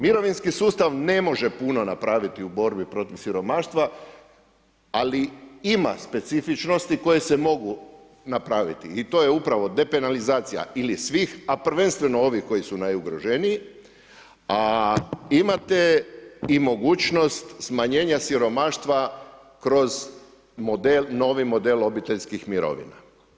Mirovinski sustav ne može puno napraviti u borbi protiv siromaštva ali ima specifičnosti koje se mogu napraviti i to je upravo depenalizacija ili svih a prvenstveno ovih koji su najugroženiji a imate i mogućnost smanjenja siromaštva kroz model, novi model obiteljskih mirovina.